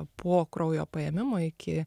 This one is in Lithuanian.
po kraujo paėmimo iki